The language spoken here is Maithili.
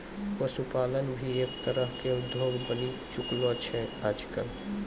पशुपालन भी एक तरह के उद्योग बनी चुकलो छै आजकल